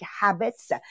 habits